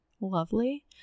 Lovely